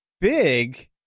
big